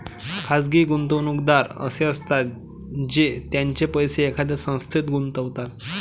खाजगी गुंतवणूकदार असे असतात जे त्यांचे पैसे एखाद्या संस्थेत गुंतवतात